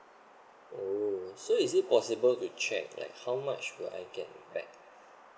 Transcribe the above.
oh so is it possible to check like how much will I get back